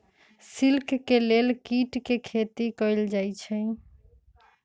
silk के लेल कीट के खेती कएल जाई छई